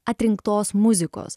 atrinktos muzikos